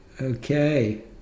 okay